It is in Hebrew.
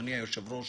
אדוני היושב-ראש